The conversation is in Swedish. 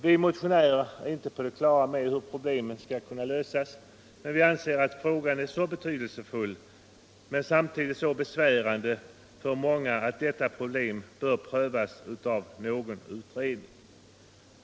Vi motionärer är inte på det klara med hur problemen skall kunna lösas, men vi anser att frågan är betydelsefull och samtidigt så besvärande för många att detta problem bör prövas av någon utredning.